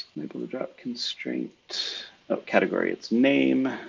maple to drop constraint of category. it's name